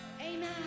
amen